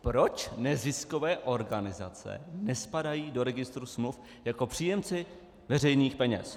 Proč neziskové organizace nespadají do registru smluv jako příjemci veřejných peněz?